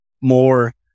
more